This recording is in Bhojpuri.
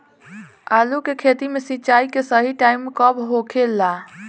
आलू के खेती मे सिंचाई के सही टाइम कब होखे ला?